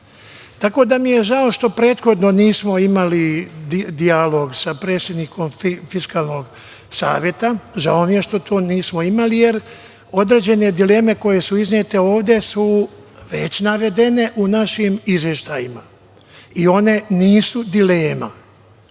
tako da mi je žao što prethodno nismo imali dijalog sa predsednikom Fiskalnog saveta. Žao mi je što to nismo imali, jer određene dileme koje su iznete ovde su već navedene u našim izveštajima i one nisu dilema. Dakle,